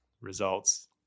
results